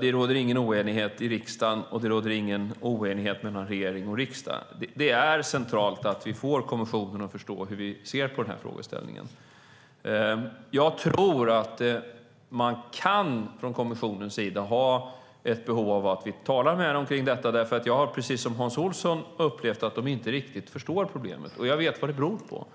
Det råder ingen oenighet i riksdagen, och det råder ingen oenighet mellan regering och riksdag. Det är centralt att vi får kommissionen att förstå hur vi ser på denna fråga. Jag tror att kommissionen kan ha ett behov av att vi talar mer om detta, för jag har precis som Hans Olsson upplevt att de inte riktigt förstår problemet. Jag vet vad det beror på.